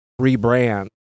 rebrand